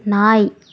நாய்